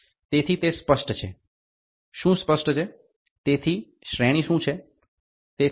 તેથી તે સ્પષ્ટ છે શું સ્પષ્ટ છે તેથી શ્રેણી શું છે